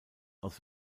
aus